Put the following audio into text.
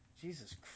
Jesus